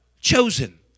chosen